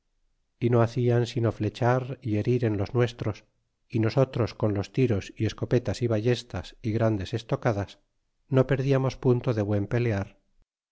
y no hacian sino flechar y herir en los nuestros y nosotros con los tiros y escopetas y ballestas y grandes estocadas no perdiamos punto de buen pelear